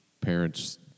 parents